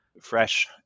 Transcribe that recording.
fresh